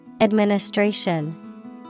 Administration